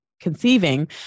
conceiving